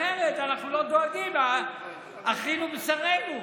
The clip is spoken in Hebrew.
אחרת אנחנו לא דואגים לאחינו בשרנו.